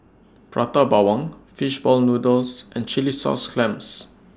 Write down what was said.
Prata Bawang Fish Ball Noodles and Chilli Sauce Clams